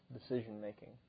decision-making